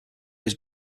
was